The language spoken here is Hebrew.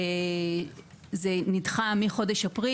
זה נדחה מחודש אפריל,